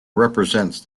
represents